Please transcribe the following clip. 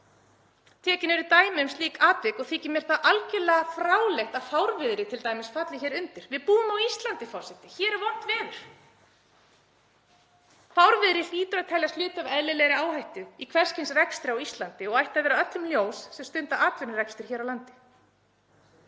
Tekin eru dæmi um slík atvik og þykir mér það algjörlega fráleitt að t.d. fárviðri falli hér undir. Við búum á Íslandi, forseti. Hér er vont veður. Fárviðri hlýtur að teljast hluti af eðlilegri áhættu í hvers kyns rekstri á Íslandi sem ætti að vera öllum ljós sem stunda atvinnurekstur hér á landi.